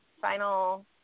final